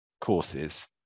courses